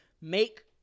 make